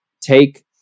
take